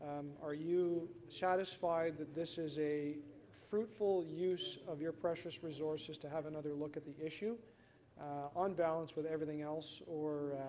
are you satisfyied that this is a fruit fruitful use of your precious resources to have another look at the issue on balance with everything else or